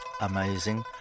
amazing